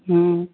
ह्म्म